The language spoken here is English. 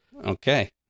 Okay